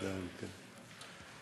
כן, כן, כן.